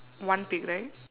one pig right